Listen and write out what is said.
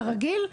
כרגיל,